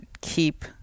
keep